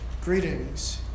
greetings